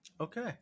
Okay